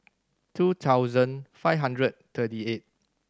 two thousand five hundred thirty eight